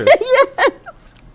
Yes